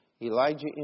Elijah